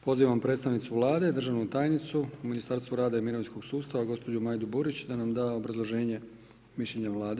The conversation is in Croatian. Pozivam predstavnicu Vlade, državnu tajnicu u Ministarstvu rada i mirovinskog sustava, gospođu Majdu Burić da nam da obrazloženje mišljenja Vlade.